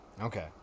Okay